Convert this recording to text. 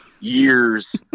years